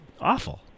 awful